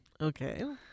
Okay